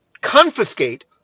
confiscate